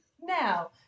Now